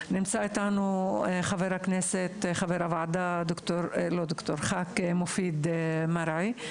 נמצא איתנו חבר הוועדה חבר הכנסת מופיד מרעי.